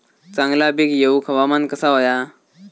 चांगला पीक येऊक हवामान कसा होया?